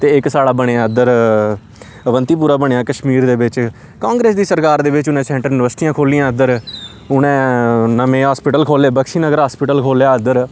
ते इक साढ़ा बनेआ इद्धर अबंतीपुरा बनेआ कश्मीर दे बिच कांग्रेस दी सरकार दे बिच उनें सैंट्रल यूनिवर्सिटियां खोह्लियां इद्धर उ'नें नमें हास्पिटल खोह्ले बक्शीनगर हास्पिटल खोह्लेआ इद्धर